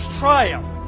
triumph